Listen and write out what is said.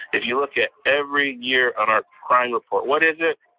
if you look at every year on our crime report, what is it?